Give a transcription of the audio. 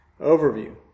Overview